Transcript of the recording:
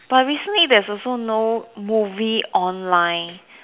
but recently there's also no movie online